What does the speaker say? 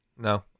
No